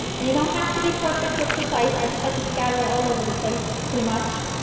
and you don't have to be perfect or precise. i just like to scatter it all over the place pretty much.